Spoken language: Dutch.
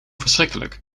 verschrikkelijk